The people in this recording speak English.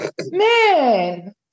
Man